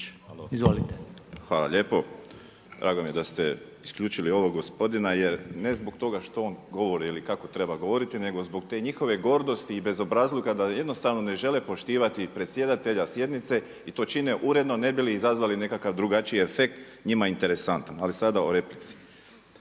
Hvala lijepo. Drago mi je da ste isključili ovog gospodina jer, ne zbog toga što on govori ili kako treba govoriti nego zbog te njihove gordosti i bezobrazluka da jednostavno ne žele poštivati predsjedatelja sjednice i to čine uredno ne bi li izazvali nekakav drugačiji efekt, njima interesantan. Ali sada o replici.